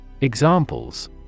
Examples